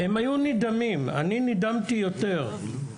הם נדהמו אבל אני נדהמתי יותר.